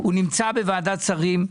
הוא נמצא בוועדת שרים.